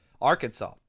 Arkansas